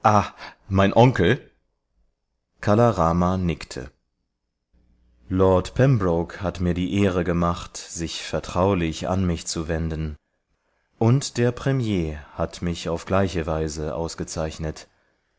mein onkel kala rama nickte lord pembroke hat mir die ehre gemacht sich vertraulich an mich zu wenden und der premier hat mich auf gleiche weise ausgezeichnet